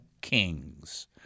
kings